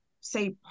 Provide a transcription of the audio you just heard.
say